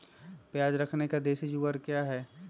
प्याज रखने का देसी जुगाड़ क्या है?